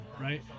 right